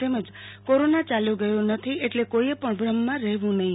તેમજ કોરોના ચાલ્યો ગયો નથી એટલે કોઈએ પણ ભ્રમમાં રહેવું નહીં